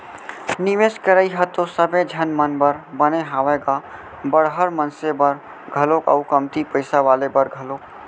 निवेस करई ह तो सबे झन मन बर बने हावय गा बड़हर मनसे बर घलोक अउ कमती पइसा वाले बर घलोक